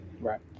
Right